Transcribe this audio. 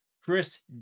Chris